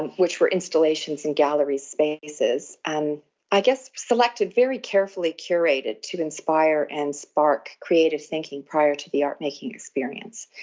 which were installations in gallery spaces. and i guess selected, very carefully curated, to inspire and spark creative thinking prior to the art-making experience.